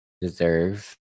deserve